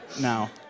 now